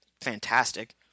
fantastic